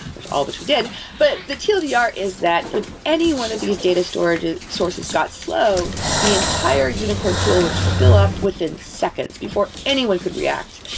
which all which we did but the teal of the art is that when any one of these data storage sources got slow, the entire unicorn pool would fill up within seconds before anyone could react.